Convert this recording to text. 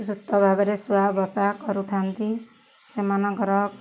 ସୁସ୍ଥ ଭାବରେ ଶୁଆବସା କରୁଥାନ୍ତି ସେମାନଙ୍କର